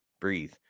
breathe